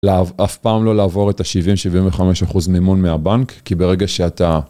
אף פעם לא לעבור את ה-70-75 אחוז מימון מהבנק, כי ברגע שאתה...